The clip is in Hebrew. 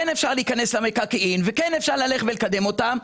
כן אפשר להיכנס למקרקעין וכן אפשר לקדם אותם,